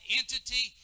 entity